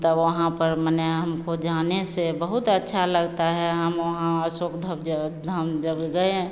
तब वहाँ पर माने हमको जाने से बहुत अच्छा लगता है हम वहाँ अशोक धा धाम जब गए हैं